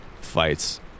fights